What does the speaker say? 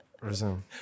Resume